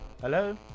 Hello